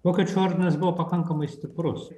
vokiečių ordinas buvo pakankamai stiprus